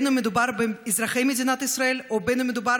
אם מדובר באזרחי מדינת ישראל ואם מדובר